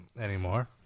Anymore